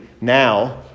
now